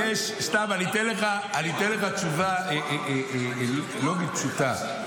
אני אתן לך תשובה לא פשוטה.